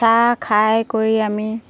চাহ খাই কৰি আমি